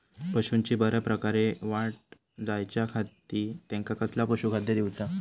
पशूंची बऱ्या प्रकारे वाढ जायच्या खाती त्यांका कसला पशुखाद्य दिऊचा?